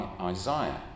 Isaiah